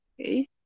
okay